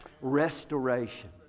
Restoration